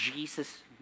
Jesus